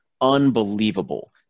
unbelievable